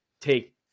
take